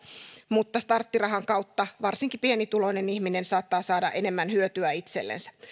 mutta starttirahan kautta varsinkin pienituloinen ihminen saattaa saada enemmän hyötyä itsellensä